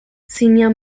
senior